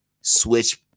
switch